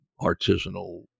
artisanal